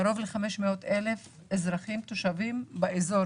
קרוב ל-500,000 אזרחים תושבים באזור,